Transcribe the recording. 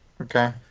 Okay